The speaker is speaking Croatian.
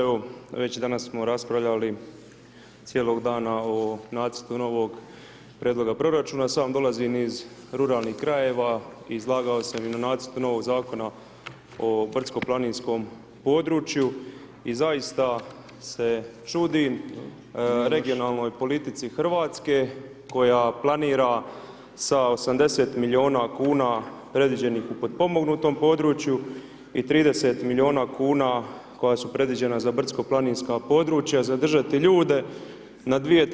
Evo već i danas smo raspravljali cijelog dana o Nacrtu novog Prijedloga proračuna, sam dolazim iz ruralnih krajeva, izlagao sam i u Nacrtu novog Zakona o brdsko-planinskom području, i zaista se čudim regionalnoj politici Hrvatske, koja planira sa 80 milijuna kuna predviđenih u potpomognutom području i 30 milijuna kuna koja su predviđena za brdsko-planinska područja, zadržati ljude na 2/